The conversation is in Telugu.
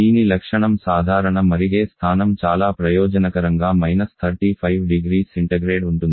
దీని లక్షణం సాధారణ మరిగే స్థానం చాలా ప్రయోజనకరంగా −35 0C ఉంటుంది